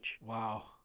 Wow